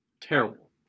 Terrible